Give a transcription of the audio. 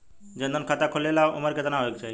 जन धन खाता खोले ला उमर केतना होए के चाही?